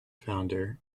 founder